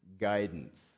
guidance